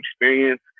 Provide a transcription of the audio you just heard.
experience